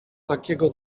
takiego